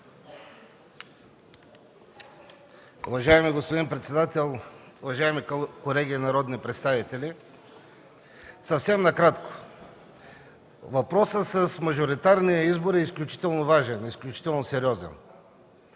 Уважаеми господин председател, уважаеми колеги народни представители, съвсем накратко. Въпросът с мажоритарния избор е изключително важен, изключително сериозен.